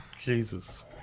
Jesus